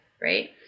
Right